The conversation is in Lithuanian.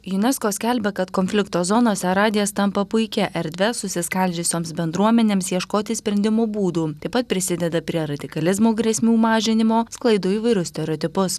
junesko skelbia kad konflikto zonose radijas tampa puikia erdve susiskaldžiusioms bendruomenėms ieškoti sprendimų būdų taip pat prisideda prie radikalizmo grėsmių mažinimo sklaido įvairius stereotipus